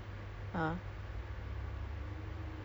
I take I walk from pioneer M_R_T